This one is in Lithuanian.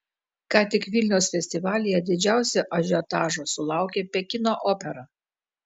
ką tik vilniaus festivalyje didžiausio ažiotažo sulaukė pekino opera